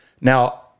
Now